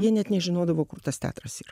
jie net nežinodavo kur tas teatras yra